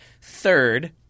third